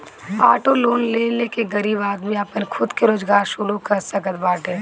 auto loan ले के गरीब आदमी आपन खुद के रोजगार शुरू कर सकत बाटे